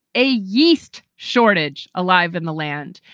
a yeast shortage alive in the land.